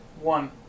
One